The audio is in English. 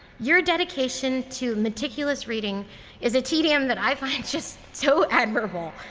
your dedication to meticulous reading is a tedium that i find just so admirable.